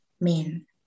men